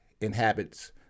inhabits